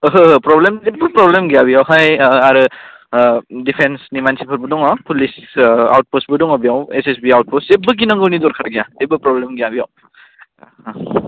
ओहो ओहो प्रब्लेम जेबो प्रब्लेम गैया बेयावहाय आरो डिफेन्सनि मानसिफोरबो दङ पुलिस आउटपस्टबो दङ बेयाव एस एस बि आउटपस्ट जेबो गिनांगौनि दरखार गैया जेबो प्रब्लेम गैया बेयाव अ